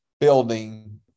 building